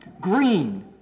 Green